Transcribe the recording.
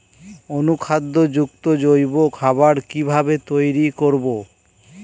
অনুখাদ্য যুক্ত জৈব খাবার কিভাবে তৈরি করব?